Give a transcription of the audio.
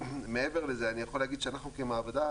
מעבר לזה אני יכול להגיד שאנחנו כמעבדה